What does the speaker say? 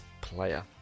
player